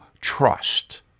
trust